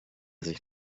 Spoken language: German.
sich